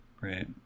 right